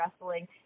wrestling